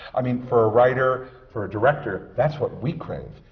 i mean, for a writer, for a director, that's what we crave,